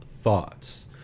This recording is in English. thoughts